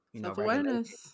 Self-awareness